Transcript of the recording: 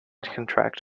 contract